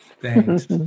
Thanks